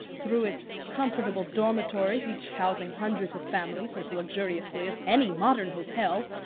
through its comfortable dormitories each housing hundreds of families as luxuriously as any modern hotel,